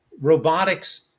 robotics